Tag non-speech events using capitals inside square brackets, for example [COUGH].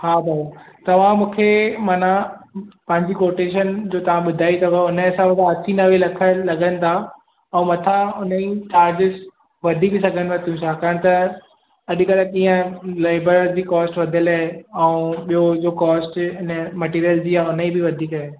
हा भाऊ तव्हां मूंखे मना पंहिंजी कोटेशन जो तव्हां ॿुधायो अथव हुन जे हिसाब सां असी नवे लख लॻंदा ऐं मथां हुन जी चार्जिस वधी बि सघनि थियूं छाकाणि त अॼुकल्ह ॾींहं लेबर जी कॉस्ट वधियल आहे ऐं ॿियो जो कॉस्ट न मटिरीयल जी [UNINTELLIGIBLE] बि वधीक आहे